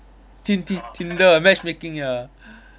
tin~ tin~ tinder matchmaking ah